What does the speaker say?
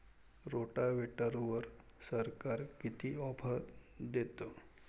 रोटावेटरवर सरकार किती ऑफर देतं?